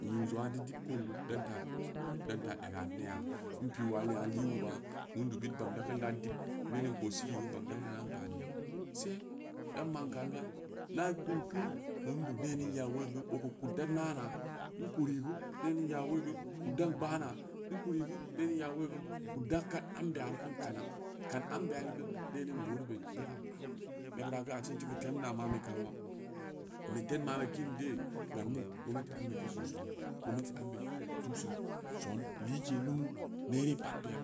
In yiu dong aa i teu dib koondeu dan ta tei dan ta eg ga ne'a in piu wa nya li wuba wundu bid bang dakin dan dib nening ko si'i geu bang daran pani se dan man kanga na kunku wundu ne ning ya wooi geu o kou kud dan nena in kuri geu nening ya woo'i gue dan gbaana in kuri geu nening ya woo'i geu kud da ka ambeya yeri keun kana kan ambeye geu ne ning boori be da ban a- a nebura ase i teu keu tem na manbe kanwa gam ni gomnati ambe teu sin sona gomnati ambe teu sin son like numu nere pat beya